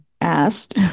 asked